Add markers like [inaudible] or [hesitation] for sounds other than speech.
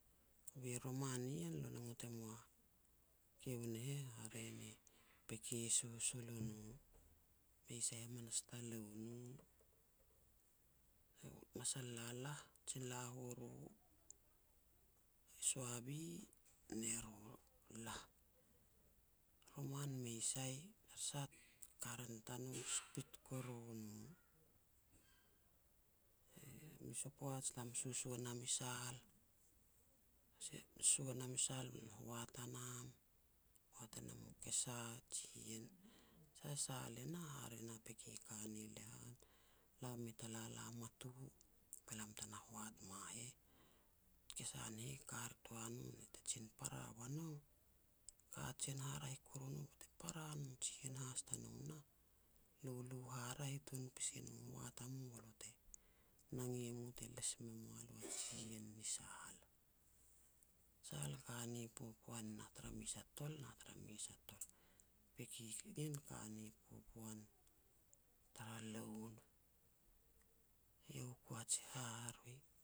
Kovi roman ien, lo na ngot e mua kiu ne heh hare ne peki susul o no, mei sai hamanas ta loun u. [noise] Masal lalah, jin la u ru Suavi, ne ru lah. Roman mei sai tara sah [noise] karan [noise] tanou spit kuru no. [hesitation] Mes u poaj lam e susua nam i Sal [noise] sua nam i sal be lam hoat a nam, hoat e nam u kesa, jiien. Sah sal e nah hare na peki ka ni lehan, lam mei ta lala mat u be lam tena hoat mua heh. Kesa ne heh ka ritoa no na te jin para wa nou, kajen haraeh kuru no bete para no. Jiien has tanou nah, lulu haraeh tun pasi no, hoat a mu be lo te nange e mu te les me mua lo [noise] a jiien ni Sal. Sal e ka ni popoan na tara mes a tol na tara mes a tol. Peki ien ka ni popoan tara loun. Iau ku a ji haharoi.